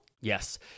Yes